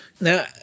Now